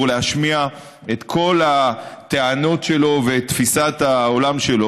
להשמיע את כל הטענות שלו ואת תפיסת העולם שלו,